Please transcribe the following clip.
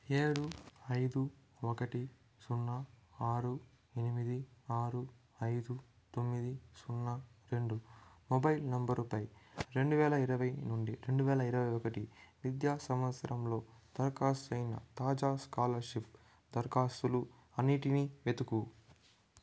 ఏడు ఐదు ఒకటి సున్నా ఆరు ఎనిమిది ఆరు ఐదు తొమ్మిది సున్నా రెండు మొబైల్ నంబరుపై రెండు వేల ఇరవై నుండి రెండు వేల ఇరవై ఒకటి విద్యా సంవత్సరంలో దరఖాస్తు అయిన తాజా స్కాలర్షిప్ దరఖాస్తులు అన్నిటినీ వెతుకు